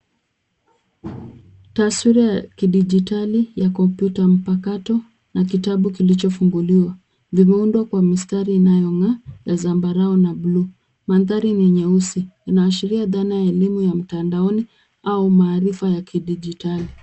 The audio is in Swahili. Taswira ya kidigitali ya kompyuta mpakato na kitabu kilichofunguliwa. Vimeundwa kwa mistari inayong'aa ya zambarau na bluu. Mandhari ni nyeusi, inaashiria dhana ya elimu ya mtandaoni au maarifa ya kidigitali.